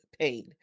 pain